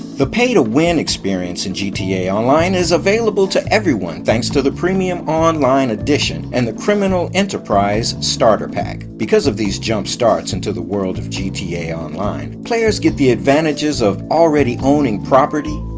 the pay to win experience in gta online is available to everyone thanks to the premium online edition and the criminal enterprise starter pack. because of these jumpstarts into the world of gta online, players get the advantages of already owning property,